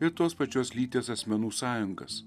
ir tos pačios lyties asmenų sąjungas